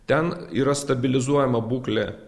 ten yra stabilizuojama būklė